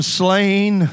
slain